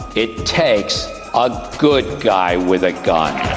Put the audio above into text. it takes a good guy with a gun.